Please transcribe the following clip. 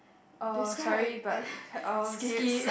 uh sorry but uh skip